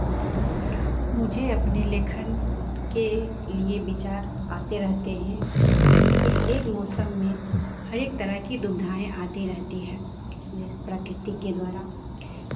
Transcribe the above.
मुझे अपने लेखन के लिए विचार आते रहते हैं कि हरेक मौसम में हरेक तरह कि दुविधाएं आती रहती हैं ये प्राकृतिक के द्वारा